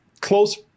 close